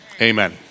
amen